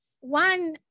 one